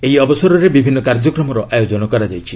ଏହି ଅବସରରେ ବିଭିନ୍ କାର୍ଯ୍ୟକ୍ରମର ଆୟୋଜନ କରାଯାଇଛି